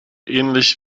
ähnlich